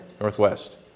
Northwest